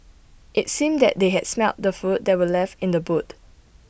IT seemed that they had smelt the food that were left in the boot